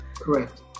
Correct